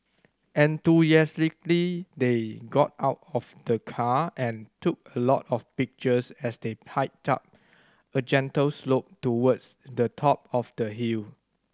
enthusiastically they got out of the car and took a lot of pictures as they hiked up a gentle slope towards the top of the hill